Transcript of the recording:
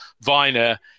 Viner